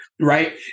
right